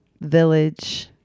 village